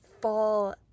fall